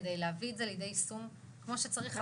כדי להביא את זה לידי יישום כמו שצריך הלכה למעשה.